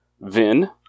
Vin